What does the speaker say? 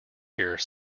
here